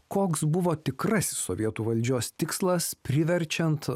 koks buvo tikrasis sovietų valdžios tikslas priverčiant